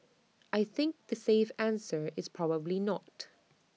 I think the safe answer is probably not